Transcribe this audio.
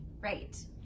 Right